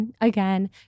again